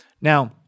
Now